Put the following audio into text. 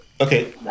Okay